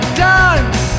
dance